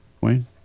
Wayne